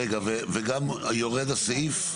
רגע וגם יורד הסעיף?